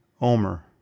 omer